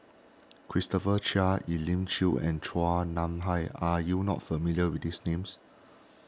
Christopher Chia Elim Chew and Chua Nam Hai are you not familiar with these names